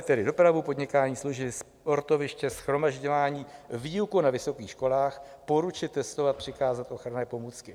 Lze omezit tedy dopravu, podnikání, služby, sportoviště, shromažďování, výuku na vysokých školách, poručit testovat, přikázat ochranné pomůcky.